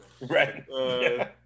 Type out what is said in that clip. Right